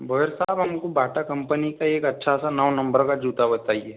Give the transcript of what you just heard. भंवर साब हमको Bata company का एक अच्छा सा नौ नंबर का जूता बताइए